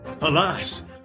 Alas